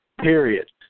Period